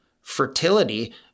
fertility